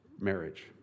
Marriage